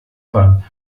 beim